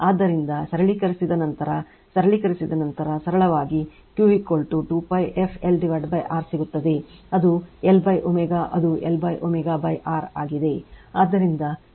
ಆದ್ದರಿಂದ ಸರಳೀಕರಣದ ನಂತರ ಸರಳೀಕರಣದ ನಂತರ ಸರಳವಾಗಿ Q 2 pi f L R ಸಿಗುತ್ತದೆ ಅದು L ω ಅದು RL ω R ಆಗಿದೆ